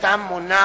שאוכלוסייתם מונה